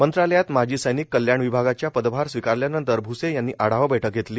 मंत्रालयात माजी समिक कल्याण विभागाचा पदभार स्वीकारल्यानंतर भूसे यांनी आढावा बठक घेतली